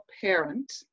parent